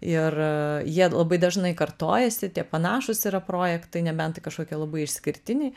ir jie labai dažnai kartojasi tie panašūs yra projektai nebent tai kažkokie labai išskirtiniai